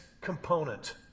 component